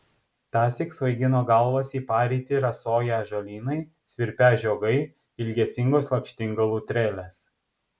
tąsyk svaigino galvas į parytį rasoją žolynai svirpią žiogai ilgesingos lakštingalų trelės